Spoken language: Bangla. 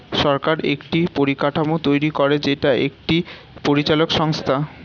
সরকার একটি পরিকাঠামো তৈরী করে যেটা একটি পরিচালক সংস্থা